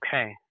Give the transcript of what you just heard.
Okay